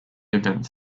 events